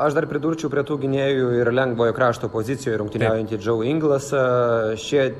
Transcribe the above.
aš dar pridurčiau prie tų gynėjų ir lengvojo krašto pozicijoj rungtyniaujantį džiau inglasą šie